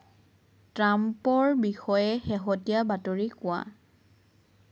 ট্ৰাম্পৰ বিষয়ে শেহতীয়া বাতৰি কোৱা